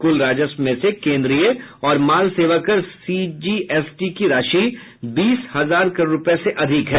कुल राजस्व में से केन्द्रीय और माल सेवाकर सीजीएसटी की राशि बीस हजार करोड रूपये से अधिक है